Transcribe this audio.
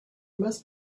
must